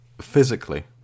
Physically